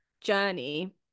journey